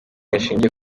rishingiye